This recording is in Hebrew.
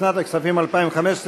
לשנת הכספים 2015,